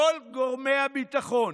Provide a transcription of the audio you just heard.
כל גורמי הביטחון,